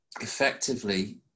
Effectively